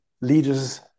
leaders